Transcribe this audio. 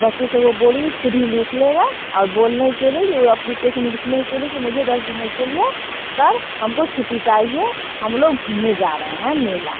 बच्चे से वो बोलिए ख़ुद ही लिख लेगा और बोलने के लिए कि वो अप्लीकेसन लिखने के लिए कि मुझे दस दिनों के लिए सर हमको छुट्टी चाहिए हम लोग घूमने जा रहे हैं मेला